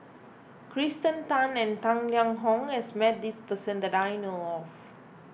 Kirsten Tan and Tang Liang Hong has met this person that I know of